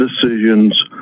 decisions